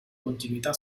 continuità